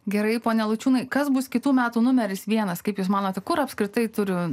gerai pone laučiūnai kas bus kitų metų numeris vienas kaip jūs manote kur apskritai turi